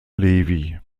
levy